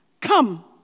Come